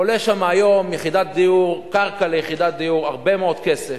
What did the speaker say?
עולה שם היום, קרקע ליחידת דיור, הרבה מאוד כסף.